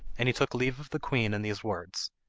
and he took leave of the queen in these words,